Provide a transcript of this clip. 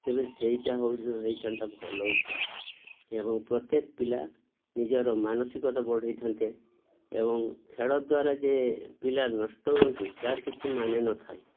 ତେବେ ସେଇଟା ହେଇଥାନ୍ତା ଭଲ ଉପାୟ ଏବଂ ପ୍ରତ୍ୟେକ ପିଲା ନିଜର ମାନସିକତା ବଢ଼େଇଥାନ୍ତେ ଏବଂ ଖେଳ ଦ୍ୱାରା ଯେ ପିଲା ନଷ୍ଟ ହୁଅନ୍ତି ତା'ର କିଛି ମାନେ ନଥାଏ